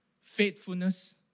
faithfulness